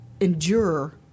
endure